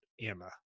Emma